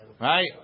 Right